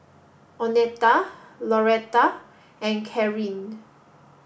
Oneta Loretta and Kareen